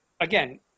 again